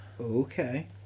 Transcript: Okay